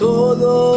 Todo